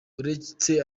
uretse